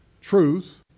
truth